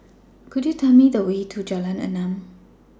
Could YOU Tell Me The Way to Jalan Enam